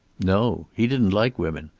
no. he didn't like women.